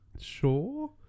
Sure